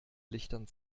lichtern